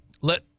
Let